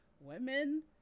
women